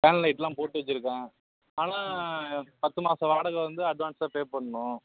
fan லைட்லாம் போட்டுவச்சுருக்கேன் ஆனால் பத்து மாத வாடகை வந்து அட்வான்ஸ்ஸாக பே பண்ணணும்